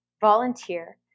volunteer